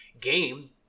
game